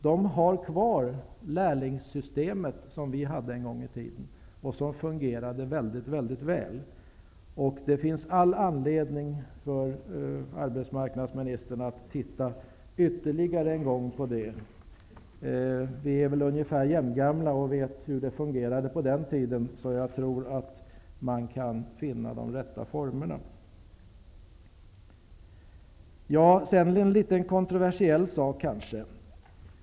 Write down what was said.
Där har man kvar lärlingssystemet som vi hade en gång i tiden och som fungerade väldigt väl. Det finns all anledning för arbetsmarknadsministern att titta ytterligare en gång på det. Vi är väl ungefär jämngamla och vet hur det fungerade på den tiden det tillämpades här, så jag tror att det går att finna de rätta formerna. Sedan till en kanske litet kontroversiell fråga.